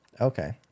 okay